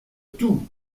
tout